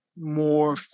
more